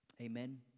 Amen